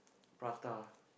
prata